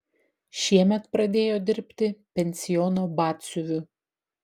šiemet pradėjo dirbti pensiono batsiuviu